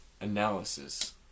analysis